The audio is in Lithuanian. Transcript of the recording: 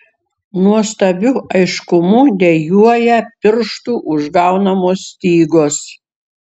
nuostabiu aiškumu dejuoja pirštų užgaunamos stygos